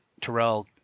Terrell